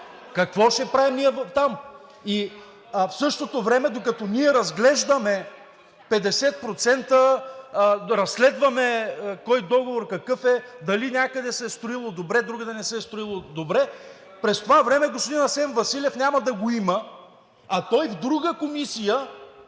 Какво ще правим ние там?! В същото време, докато ние разглеждаме 50%, разследваме кой договор какъв е, дали някъде се е строило добре, другаде не се е строило добре, през това време господин Асен Василев няма да го има, а той в друга комисия,